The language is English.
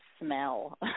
smell